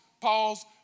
pause